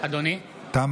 תמה